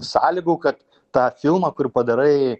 sąlygų kad tą filmą kur padarai